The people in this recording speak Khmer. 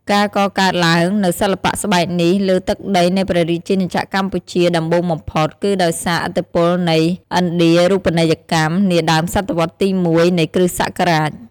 ការកកើតឡើងនូវសិល្បៈស្បែកនេះលើទឹកដីនៃព្រះរាជាណាចក្រកម្ពុជាដំបូងបំផុត គឺដោយសារឥទ្ធិពលនៃ ឥណ្ឌារូបនីយកម្ម នាដើមសតវត្សទី១ នៃគ្រិស្តសករាជ។